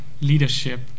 leadership